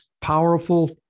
powerful